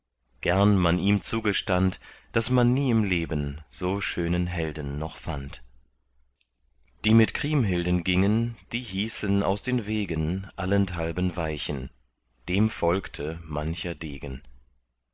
gern man ihm zugestand daß man nie im leben so schönen helden noch fand die mit kriemhilden gingen die hießen aus den wegen allenthalben weichen dem folgte mancher degen